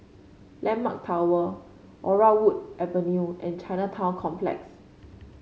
landmark Tower Laurel Wood Avenue and Chinatown Complex